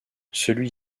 celui